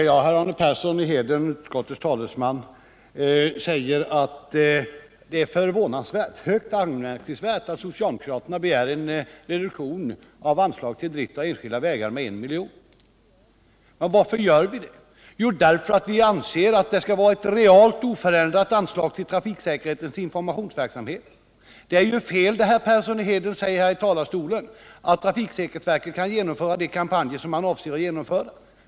Herr talman! Arne Persson i Heden, utskottets talesman, säger att det är högst anmärkningsvärt att socialdemokraterna begär en reduktion av anslaget till drift av enskilda vägar med 1 milj.kr. Varför gör vi det? Jo, därför att vi anser att det skall vara ett reellt oförändrat anslag till trafiksäkerhetsverkets informationsverksamhet. Det är fel när herr Persson säger här i talarstolen att trafiksäkerhetsverket kan genomföra de kampanjer som verket avser att genomföra.